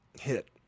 hit